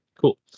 cool